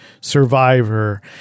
Survivor